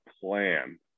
plan